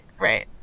Right